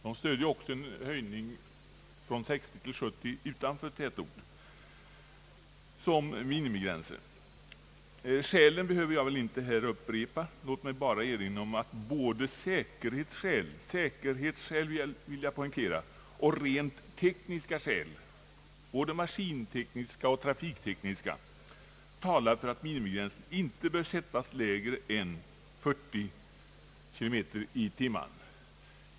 De stöder också en höjning från 60 till 70 km/tim. utanför tätort som maximigräns. Skälen behöver väl inte här upprepas. Låt mig bara erinra om att både säkerhetsskäl, vilka jag speciellt vill poängtera, och rent tekniska skäl, både maskintekniska och trafiktekniska, talar för att gränsen inte bör - sättas lägre än 40.